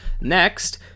Next